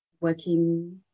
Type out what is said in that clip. working